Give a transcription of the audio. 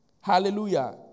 Hallelujah